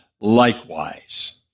likewise